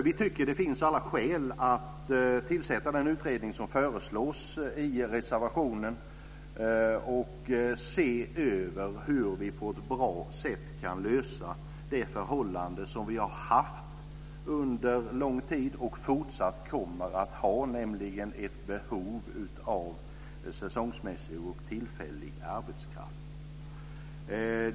Vi tycker att det finns alla skäl att tillsätta den utredning som föreslås i reservationen och att se över hur vi på ett bra sätt kan lösa det förhållande som vi har haft under lång tid och fortsatt kommer att ha, nämligen ett behov av säsongsmässig och tillfällig arbetskraft.